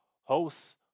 hosts